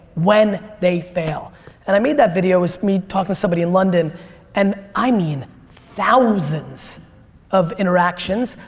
when they fail and i made that video, it's me talking to somebody in london and i mean thousands of interactions.